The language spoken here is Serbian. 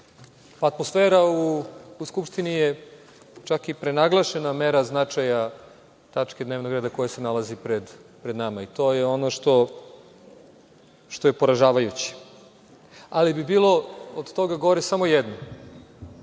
atmosfera u Skupštini je čak i prenaglašena mera značaja tačke dnevnog reda koja se nalazi pred nama, i to je ono što je poražavajuće. Od toga bi bilo gore samo jedno,